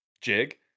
jig